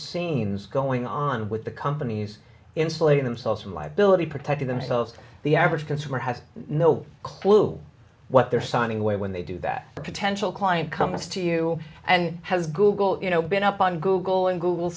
scenes going on with the companies insulate themselves from liability protecting themselves the average consumer has no clue what they're signing away when they do that a potential client comes to you and has google you know been up on google and google